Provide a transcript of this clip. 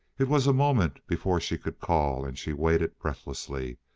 it was a moment before she could call, and she waited breathlessly.